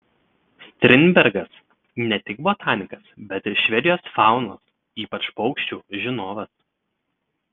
strindbergas ne tik botanikas bet ir švedijos faunos ypač paukščių žinovas